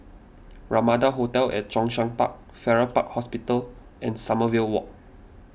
Ramada hotel at Zhongshan Park Farrer Park Hospital and Sommerville Walk